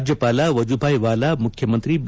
ರಾಜ್ಯಪಾಲ ವಾಜೂಭಾಯಿ ವಾಲಾಮುಖ್ಯಮಂತ್ರಿ ಬಿ